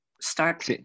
start